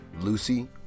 Lucy